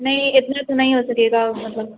نہیں نہیں اتنا تو نہیں ہو سکے گا مطلب